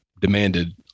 demanded